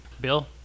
Bill